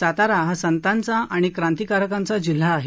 सातारा हा संताचा आणि क्रांतीकारकांचा जिल्हा आहे